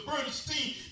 Bernstein